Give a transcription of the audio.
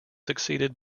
succeeded